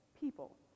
people